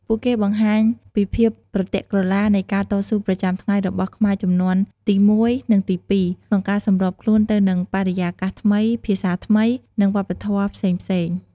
ពួកគេបង្ហាញពីភាពប្រទាក់ក្រឡានៃការតស៊ូប្រចាំថ្ងៃរបស់ខ្មែរជំនាន់ទីមួយ និងទីពីរ ក្នុងការសម្របខ្លួនទៅនឹងបរិយាកាសថ្មី ភាសាថ្មី និងវប្បធម៌ផ្សេងៗ។